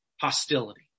hostility